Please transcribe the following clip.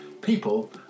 people